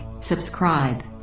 subscribe